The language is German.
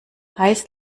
heiß